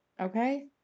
okay